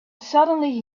suddenly